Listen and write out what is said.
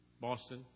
Boston